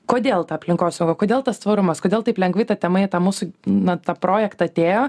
kodėl ta aplinkosauga kodėl tas tvarumas kodėl taip lengvai ta tema į tą mūsų na tą projektą atėjo